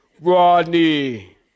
Rodney